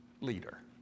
leader